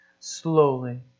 Slowly